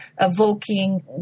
evoking